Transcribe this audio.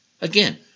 Again